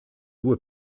due